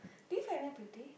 do you find her pretty